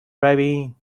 ravine